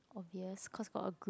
obvious cause got a group